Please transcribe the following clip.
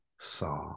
saw